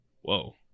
Whoa